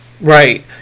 right